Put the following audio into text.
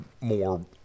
more